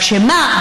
רק מה?